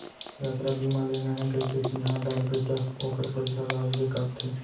यातरा बीमा लेना हे कइके चिन्हा डारबे त ओकर पइसा ल अलगे काटथे